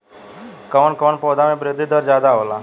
कवन कवने पौधा में वृद्धि दर ज्यादा होला?